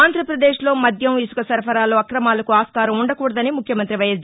ఆంధ్రాపదేశ్లో మద్యం ఇసుక సరఫరాలో అక్రమాలకు ఆస్కారం ఉండకూడదని ముఖ్యమంత్రి వైఎస్